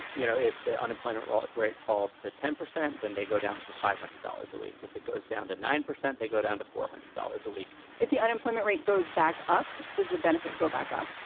you know if the unemployment ah rate falls to ten percent, then they go down to five hundred dollars a week. if it goes down to nine percent, they go down to four hundred dollars a week. if the unemployment rate goes back up, does the benefit go back up?